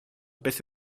beth